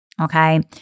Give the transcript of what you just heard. okay